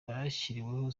bashyiriweho